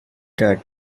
dead